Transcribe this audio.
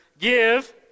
Give